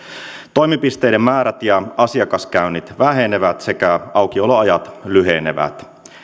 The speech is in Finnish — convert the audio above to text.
toimipisteiden määrät ja asiakaskäynnit vähenevät sekä aukioloajat lyhenevät